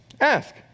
Ask